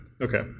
Okay